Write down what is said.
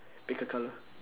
pick a colour